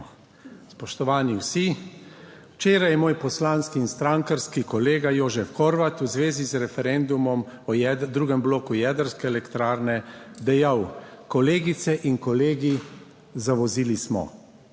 Spoštovani vsi. Včeraj je moj poslanski in strankarski kolega, Jožef Horvat, v zvezi z referendumom o drugem bloku jedrske elektrarne dejal: "Kolegice in kolegi, zavozili smo."